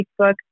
Facebook